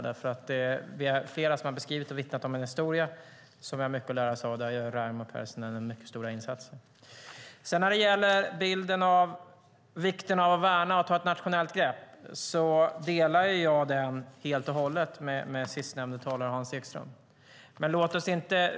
Vi är flera som har beskrivit och vittnat om en historia som vi har mycket att lära oss av. Där gör Raimo Pärssinen mycket stora insatser. När det gäller vikten av att värna och ta ett nationellt grepp delar jag helt och hållet Hans Ekströms bild.